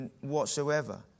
whatsoever